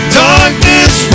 darkness